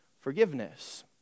forgiveness